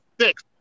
six